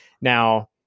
Now